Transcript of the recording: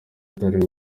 atari